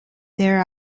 there